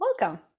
welcome